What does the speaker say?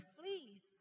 flee